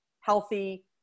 healthy